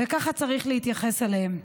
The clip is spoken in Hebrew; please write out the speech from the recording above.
וככה צריך להתייחס אליהן.